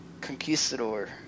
conquistador